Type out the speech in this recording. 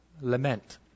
lament